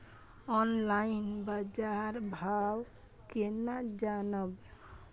Online बाजार भाव केना जानब?